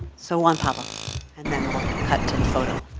so juan pablo and then we'll cut to the photo.